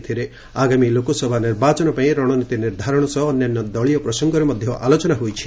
ଏଥିରେ ଆଗାମୀ ଲୋକସଭା ନିର୍ବାଚନ ପାଇଁ ରଣନୀତି ନିର୍ଦ୍ଧାରଣ ସହ ଅନ୍ୟାନ୍ୟ ଦଳୀୟ ପ୍ରସଙ୍ଗରେ ଆଲୋଚନା ହୋଇଛି